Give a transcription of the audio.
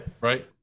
right